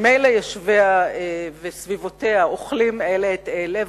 שממילא יושביה ושכנותיה אוכלים אלה את אלה,